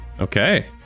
Okay